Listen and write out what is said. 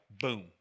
boom